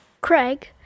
Craig